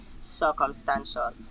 circumstantial